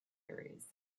areas